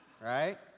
right